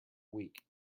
week